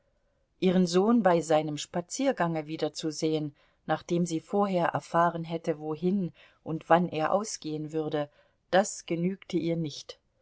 ihren sohn bei seinem spaziergange wiederzusehen nachdem sie vorher erfahren hätte wohin und wann er ausgehen würde das genügte ihr nicht